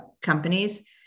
companies